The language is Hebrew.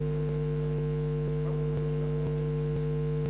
כנסת נכבדה,